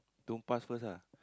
don't pass first ah